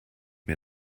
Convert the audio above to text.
mir